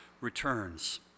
returns